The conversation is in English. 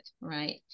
right